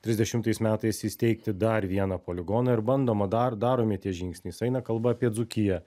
trisdešimtais metais įsteigti dar vieną poligoną ir bandoma dar daromi tie žingsniai eina kalba apie dzūkiją